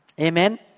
Amen